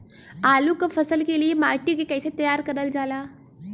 आलू क फसल के लिए माटी के कैसे तैयार करल जाला?